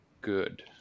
good